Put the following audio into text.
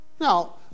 Now